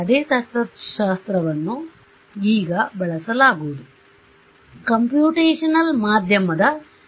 ಅದೇ ತತ್ವಶಾಸ್ತ್ರವನ್ನು ಈಗ ಬಳಸಲಾಗುವುದು ಕಂಪ್ಯೂಟೇಶನಲ್ ಮಾಧ್ಯಮcomputational medium